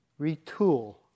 retool